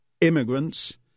immigrants